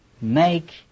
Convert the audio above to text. make